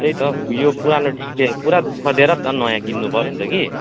त्यही त हौ यो पुरानो टिभीले पुरा दु ख दिएर पो त नयाँ किन्नुपऱ्यो नि त कि